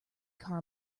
car